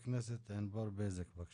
חברת הכנסת ענבר בזק, בבקשה.